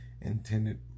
intended